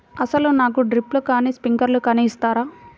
అసలు నాకు డ్రిప్లు కానీ స్ప్రింక్లర్ కానీ ఇస్తారా?